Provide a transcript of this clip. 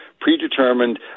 predetermined